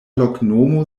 loknomo